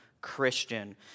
Christian